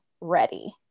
ready